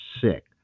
sick